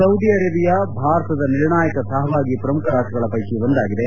Saudi Arabia ಭಾರತದ ನಿರ್ಣಾಯಕ ಸಹಭಾಗಿ ಪ್ರಮುಖ ರಾಷ್ಷಗಳ ಪೈಕಿ ಒಂದಾಗಿದೆ